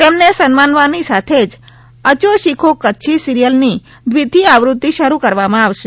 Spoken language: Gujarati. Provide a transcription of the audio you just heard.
તેમને સન્માનવાની સાથે જ ેઅચો શિખો કચ્છી સિરિયલની દ્વિતીય આવૃત્તિ શરૂ કરવામાં આવશે